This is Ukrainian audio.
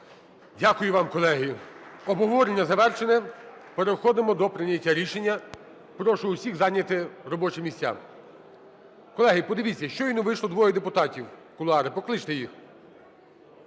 Дякую вам, колеги. Обговорення завершене, переходимо до прийняття рішення. Прошу всіх зайняти робочі місця. Колеги, подивіться, щойно вийшло двоє депутатів в кулуари, покличте їх.